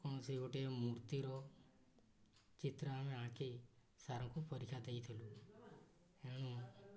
କୌଣସି ଗୋଟିଏ ମୂର୍ତ୍ତିର ଚିତ୍ର ଆମେ ଆଙ୍କି ସାର୍କୁ ପରୀକ୍ଷା ଦେଇଥିଲୁ ଏଣୁ